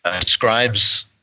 describes